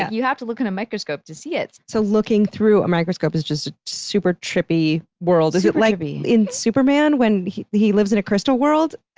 you have to look in a microscope to see it. so looking through a microscope is just a super trippy world. is it like in superman when he he lives in a crystal world?